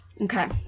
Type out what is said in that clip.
Okay